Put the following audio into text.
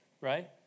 right